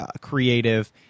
creative